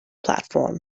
platform